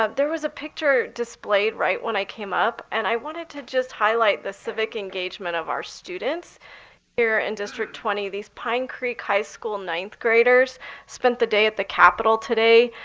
there was a picture displayed right when i came up, and i wanted to just highlight the civic engagement of our students here in district twenty. these pine creek high school ninth graders spent the day at the capital today,